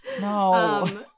no